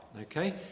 okay